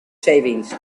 savings